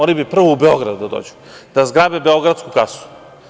Oni bi prvo u Beograd da dođu, da zgrabe beogradsku kasu.